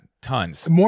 Tons